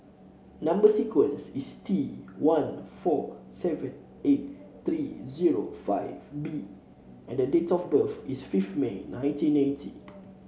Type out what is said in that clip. number sequence is T one four seven eight three zero five B and the date of birth is fifth May nineteen eighty